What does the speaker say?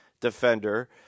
defender